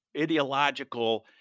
ideological